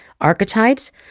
archetypes